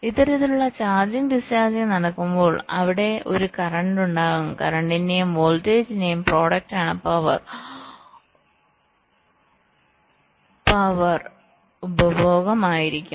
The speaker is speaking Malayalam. ഇത്തരത്തിലുള്ള ചാർജിംഗ് ഡിസ്ചാർജിംഗ് നടക്കുമ്പോൾ അവിടെ ഒരു കറന്റ് ഉണ്ടാകും കറന്റിന്റെയും വോൾട്ടേജിന്റെയും പ്രോഡക്റ്റ് ആണ് പവർ ഉപഭോഗമായിരിക്കും